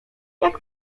jak